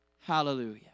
Hallelujah